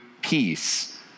peace